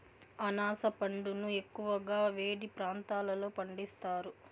అనాస పండును ఎక్కువగా వేడి ప్రాంతాలలో పండిస్తారు